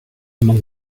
among